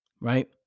right